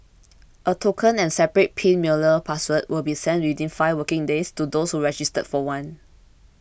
a token and separate pin mailer password will be sent within five working days to those who register for one